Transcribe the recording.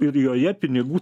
ir joje pinigų